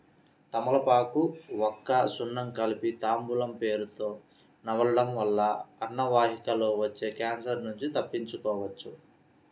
తమలపాకు, వక్క, సున్నం కలిపి తాంబూలం పేరుతొ నమలడం వల్ల అన్నవాహికలో వచ్చే క్యాన్సర్ నుంచి తప్పించుకోవచ్చు